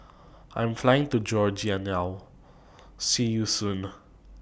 I Am Flying to Georgia now See YOU Soon